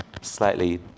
slightly